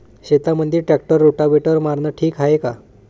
शेतामंदी tractor rotavator मारनं ठीक हाये का?